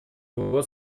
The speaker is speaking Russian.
его